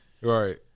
Right